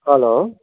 hello